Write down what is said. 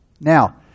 Now